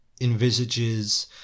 envisages